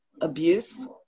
abuse